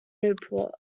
newport